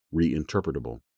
reinterpretable